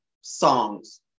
songs